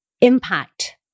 impact